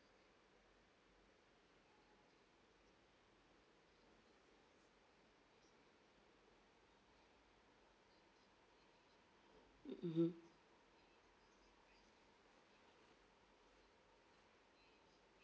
mmhmm